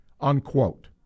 unquote